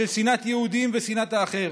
בשל שנאת יהודים ושנאת האחר.